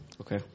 Okay